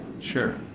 Sure